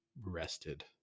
rested